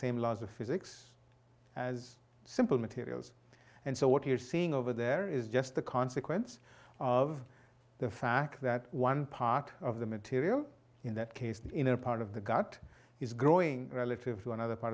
same laws of physics as simple materials and so what you're seeing over there is just a consequence of the fact that one part of the material in that case the inner part of the gut is growing relative to another part